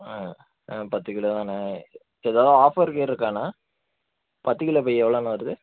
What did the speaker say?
ஆ ஆ பத்து கிலோ தான் அண்ணே எதா ஆஃபர் கீர் இருக்கா அண்ணா பத்து கிலோ பை எவ்வளோண்ணா வருது